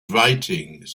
writings